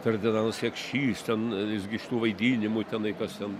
ferdinanas jakšys ten jis gi iš tų vaidinimų tenai kas ten